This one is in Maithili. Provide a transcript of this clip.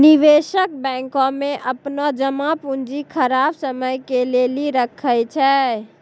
निवेशक बैंको मे अपनो जमा पूंजी खराब समय के लेली राखै छै